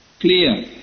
clear